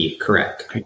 correct